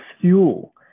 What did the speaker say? fuel